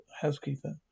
housekeeper